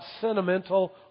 sentimental